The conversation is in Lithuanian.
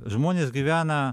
žmonės gyvena